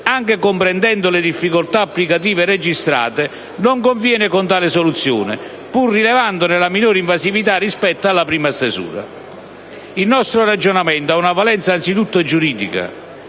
anche comprendendo le difficoltà applicative registrate, non conviene con tale soluzione, pur rilevandone la minor invasività rispetto alla prima stesura. Il nostro ragionamento ha una valenza anzitutto giuridica.